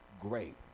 great